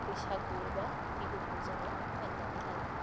बैसागु एबा बिहुखौ जोङो मानिनानै लायो